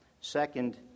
Second